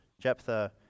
Jephthah